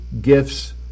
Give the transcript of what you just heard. gifts